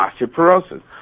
osteoporosis